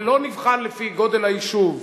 זה לא נבחן לפי גודל היישוב,